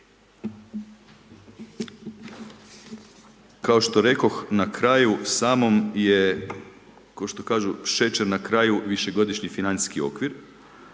Kao što rekoh, na kraju samom, kao što kažu šećer na kraju, višegodišnji financijski okvir.